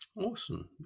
Awesome